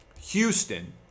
Houston